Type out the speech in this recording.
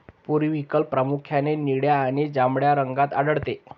periwinkle प्रामुख्याने निळ्या आणि जांभळ्या रंगात आढळते